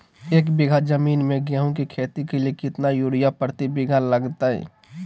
एक बिघा जमीन में गेहूं के खेती के लिए कितना यूरिया प्रति बीघा लगतय?